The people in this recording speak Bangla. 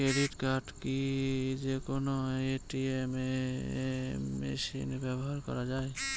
ক্রেডিট কার্ড কি যে কোনো এ.টি.এম মেশিনে ব্যবহার করা য়ায়?